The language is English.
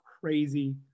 crazy